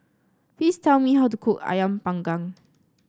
please tell me how to cook ayam panggang